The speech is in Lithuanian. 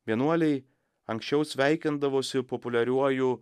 vienuoliai anksčiau sveikindavosi populiariuoju